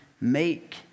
make